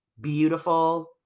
beautiful